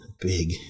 big